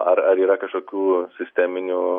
ar ar yra kažkokių sisteminių